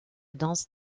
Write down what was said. danse